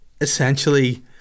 essentially